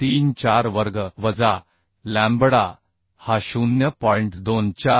534 वर्ग वजा लॅम्बडा हा 0